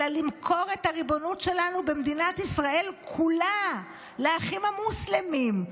אלא למכור את הריבונות שלנו במדינת ישראל כולה לאחים המוסלמים.